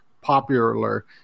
popular